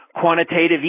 Quantitative